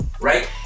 Right